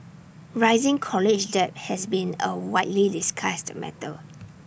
rising college debt has been A widely discussed matter